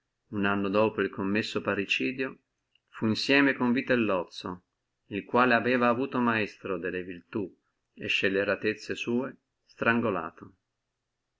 uno anno dopo el commisso parricidio fu insieme con vitellozzo il quale aveva avuto maestro delle virtù e scelleratezze sua strangolato